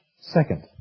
Second